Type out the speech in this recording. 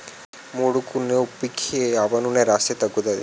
ముడుకునొప్పికి ఆవనూనెని రాస్తే తగ్గుతాది